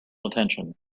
attention